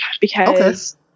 because-